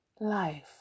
Life